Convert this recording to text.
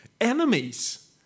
enemies